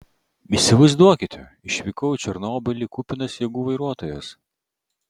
įsivaizduokite išvykau į černobylį kupinas jėgų vairuotojas